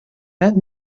net